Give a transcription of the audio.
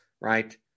right